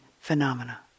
phenomena